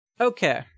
Okay